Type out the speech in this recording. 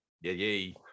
Yay